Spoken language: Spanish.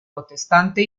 protestante